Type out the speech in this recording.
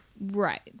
Right